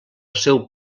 seu